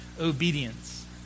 obedience